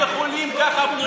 אתם לא יכולים ככה במדינה,